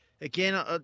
Again